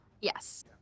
Yes